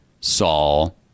Saul